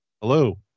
Hello